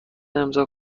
امضاء